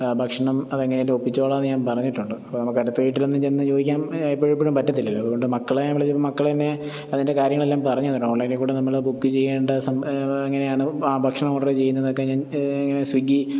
ഭക്ഷണം അത് എങ്ങനേലും ഒപ്പിച്ചോളാം എന്ന് ഞാൻ പറഞ്ഞിട്ടുണ്ട് അപ്പം നമുക്ക് അടുത്ത വീട്ടിലൊന്നും ചെന്നു ചോദിക്കാൻ എപ്പോഴും എപ്പോഴും പറ്റത്തില്ലല്ലോ അതുകൊണ്ട് മക്കളെ ഞാൻ വിളിച്ചപ്പം മക്കൾ എന്നെ അതിൻ്റെ കാര്യങ്ങളെല്ലാം പറഞ്ഞു തന്നിട്ടുണ്ട് ഓൺലൈനിൽ കൂടെ നമ്മൾ ബുക്ക് ചെയ്യേണ്ടത് എങ്ങനെയാണ് ഭക്ഷണം ഓർഡർ ചെയ്യുന്നത് എന്നൊക്കെ ഞാൻ ഇങ്ങനെ സ്വിഗ്ഗി